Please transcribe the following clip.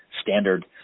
standard